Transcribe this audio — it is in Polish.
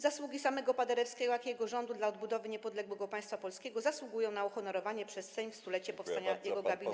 Zasługi samego Paderewskiego, jak i jego rządu dla odbudowy niepodległego państwa polskiego zasługują na uhonorowanie przez Sejm w stulecie powstania jego gabinetu.